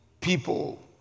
people